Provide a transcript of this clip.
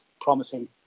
promising